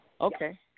Okay